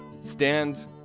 stand